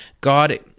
God